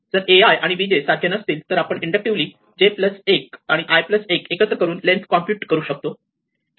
जर a i आणि b j सारखे नसतील तर आपण इंदुकटीव्हली j प्लस 1 आणि i प्लस 1 एकत्र करून लेन्थ कॉम्प्युट करू शकतो